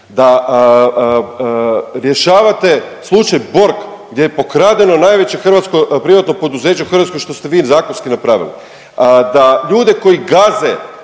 da rješavate slučaj Borg gdje je pokradeno najveće hrvatsko privatno poduzeće u Hrvatskoj što ste vi zakonski napravili, da ljude koji gaze